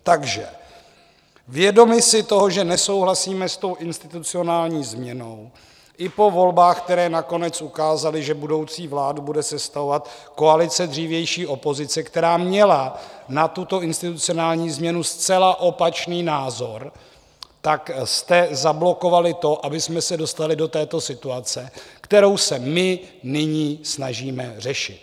Takže vědomi si toho, že nesouhlasíme s institucionální změnou, i po volbách, které nakonec ukázaly, že budoucí vládu bude sestavovat koalice dřívější opozice, která měla na tuto institucionální změnu zcela opačný názor, jste zablokovali to, abychom se dostali do této situace, kterou se my nyní snažíme řešit.